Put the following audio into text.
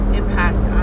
impact